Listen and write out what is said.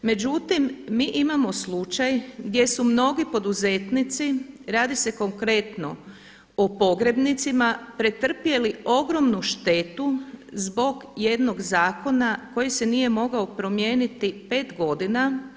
Međutim, mi imamo slučaj gdje su mnogi poduzetnici, radi se konkretno o pogrebnicima pretrpjeli ogromnu štetu zbog zakona koji se nije mogao promijeniti pet godina.